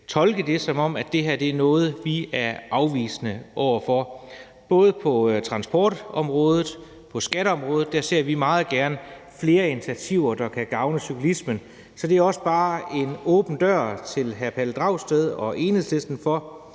tolke det, som om det her er noget, vi er afvisende over for. Både på transportområdet og på skatteområdet ser vi meget gerne flere initiativer, der kan gavne cyklismen. Så det er bare en åben dør til hr. Pelle Dragsted og Enhedslisten,